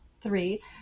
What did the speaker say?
three